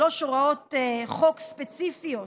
שלוש הוראות חוק ספציפיות,